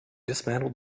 dismantled